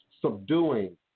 subduing